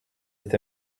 est